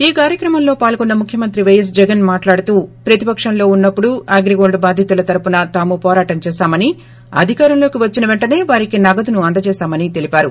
ఈ కార్యక్రమంలో పాల్గొస్తు ముఖ్యమంత్రి వైఎస్ జగన్ మాట్లాడుతూ ప్రతిపక్షంలో ఉన్నప్పుడు అగ్రిగోల్డ్ బాధితుల తరఫున తాము పోరాటం చేశామని అధికారంలోకి వచ్చిన పెంటసే వారికి నగదును అందజేసామని అన్నారు